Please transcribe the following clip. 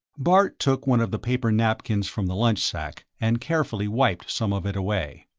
bart took one of the paper napkins from the lunch sack and carefully wiped some of it away.